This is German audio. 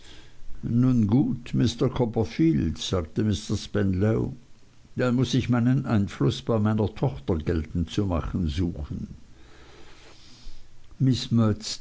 nun gut mr copperfield sagte mr spenlow dann muß ich meinen einfluß bei meiner tochter geltend zu machen suchen